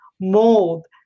mold